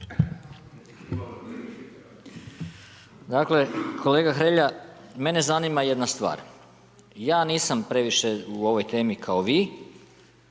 Dakle kolega Hrelja, mene zanima jedna stvar, ja nisam previše u ovoj temi kao vi